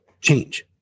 change